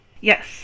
Yes